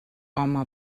home